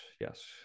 Yes